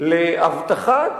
להבטחת